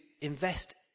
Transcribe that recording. invest